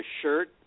shirt